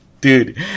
dude